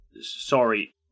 sorry